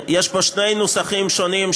יש פה שני נוסחים שונים,